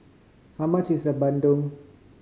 how much is the bandung